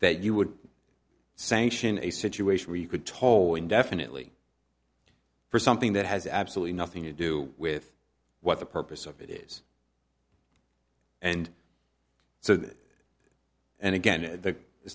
that you would sanction a situation where you could toll indefinitely for something that has absolutely nothing to do with what the purpose of it is and so that and again the